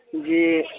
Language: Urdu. جی